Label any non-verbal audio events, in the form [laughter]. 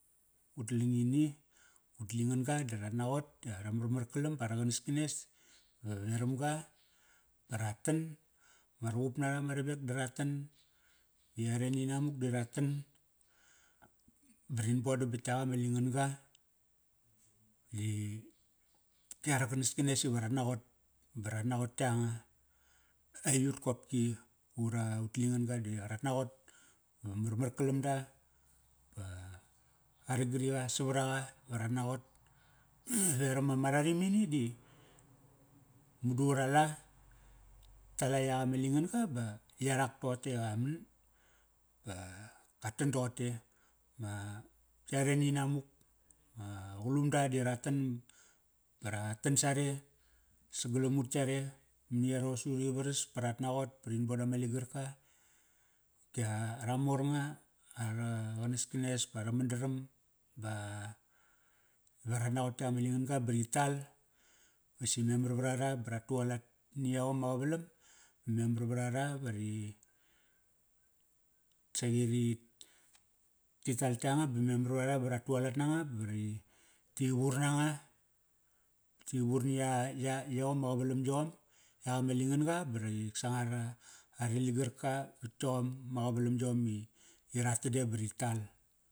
Ut langini, ut lingan ga darat naqot ola ara marmar kalam ba, ara qanaskanes veram ga ba ra tan. Ma ruqup nara ma ravek da ra tan. Yare ninamuk da ra tan ba rin bodam bat yak ama lingan ga di ki ara qanaskanes iva rat naqot. Ba rat naqot yanga, aiyut kopi, ura ut lingan ga da naqot va marmar kalam da. Ba ara gariqa savaraga va rat naqot. [noise] Veram ama rarimini di madu ra la, tala yak ama lingan ga ba yarak toqote qa man. Ba ka tan doqote. Ma yare ninamuk, ma qalumola di ra tan. Ba ra tan sare sagalam ut yare mani yaros urivaras pa rat naqot pa rin bodama ligarka. Opki a, ara mor nga ara qanaskanes pa ara man daram ba ra naqot yak ama lingan ga ba ri tal vasi memar vara ra bara tualat ni yaom ma qavalam va memar vra ra va ri tsaqi ri ti tal yanga ba memar vra ra va ra tualat nanga ba ri, ti vur nanga. Ti vur ya, ya, yom ma qavalam yom, yak ama lingan ga ba rik. Sangar ara ligarka vat yom, ma qavalam yom i, i ratan de ba ri tal.